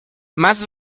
más